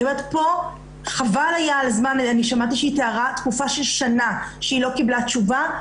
שמעתי שהיא תיארה תקופה של שנה שהיא לא קיבלה תשובה.